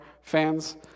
fans